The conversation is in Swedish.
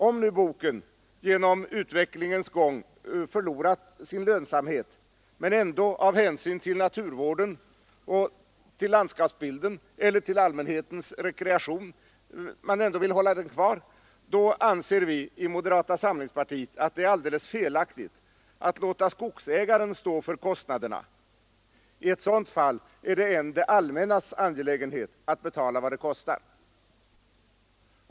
Om nu boken genom utvecklingens gång förlorat sin lönsamhet men man ändå av hänsyn till naturvården och landskapsbilden eller till allmänhetens rekreation vill hålla den kvar, då anser vi i moderata samlingspartiet att det är alldeles felaktigt att låta skogsägaren stå för kostnaderna. I ett sådant fall är det en det allmännas angelägenhet att betala vad det kostar.